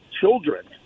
children